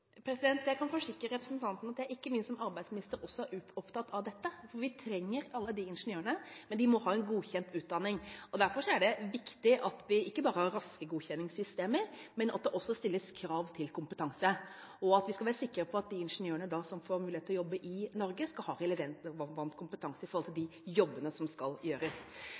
Jeg kan forsikre representanten at jeg ikke minst som arbeidsminister også er opptatt av dette. Vi trenger alle ingeniørene, men de må ha en godkjent utdanning. Derfor er det viktig at vi ikke bare har raske godkjenningssystemer, men at det også stilles krav til kompetanse, slik at vi skal være sikre på at de ingeniørene som får mulighet til å jobbe i Norge, har relevant kompetanse i forhold til de jobbene som skal gjøres.